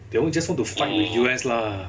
they want just to fight the U_S lah